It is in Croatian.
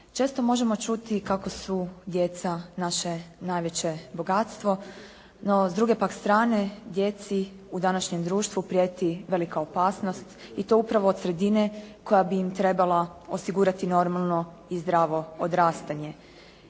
Često možemo čuti kako su djeca naše najveće bogatstvo, no s druge pak strane djeci u današnjem društvu prijeti velika opasnost i to upravo od sredine koja bi im trebala osigurati normalno i zdravo odrastanje.